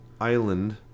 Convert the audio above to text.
island